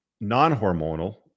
non-hormonal